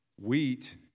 wheat